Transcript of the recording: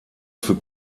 für